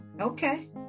okay